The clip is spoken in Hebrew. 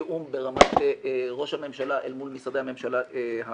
תיאום ברמת ראש הממשלה אל מול משרדי הממשלה השונים.